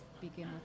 begin